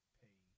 pay